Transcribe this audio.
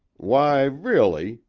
why, really,